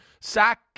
sack